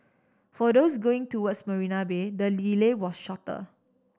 for those going towards Marina Bay the delay was shorter